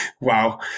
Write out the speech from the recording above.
wow